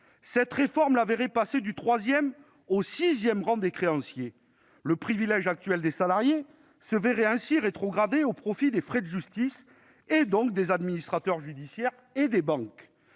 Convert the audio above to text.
Cette réforme la verrait passer du troisième au sixième rang des créanciers. Le privilège actuel des salariés se verrait ainsi rétrogradé au profit des frais de justice, donc des administrateurs judiciaires et des banques.